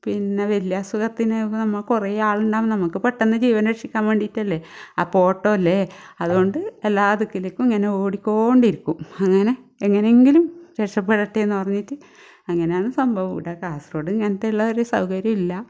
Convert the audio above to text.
പിന്ന വലിയ അസുഖത്തിന് ഇപ്പം നമ്മൾ കുറേ ആളുണ്ടാവണം നമുക്ക് പെട്ടെന്ന് ജീവൻ രക്ഷിക്കാൻ വേണ്ടിയിട്ടല്ലേ അപ്പോൾ ഓട്ടമല്ലേ അതുകൊണ്ട് എല്ലാ ദിക്കിലേക്കും ഇങ്ങനെ ഓടിക്കോണ്ട് ഇരിക്കും അങ്ങനെ എങ്ങനെയെങ്കിലും രക്ഷപെടട്ടെ എന്ന് പറഞ്ഞിട്ട് അങ്ങനെയാണ് സംഭവം ഇവിടെ കാസർഗോഡ് ഇങ്ങനത്തെ ഉള്ളൊരു സൗകര്യമില്ല